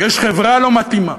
יש חברה לא מתאימה,